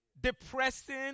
depressing